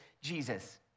Jesus